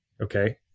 Okay